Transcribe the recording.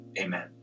Amen